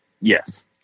Yes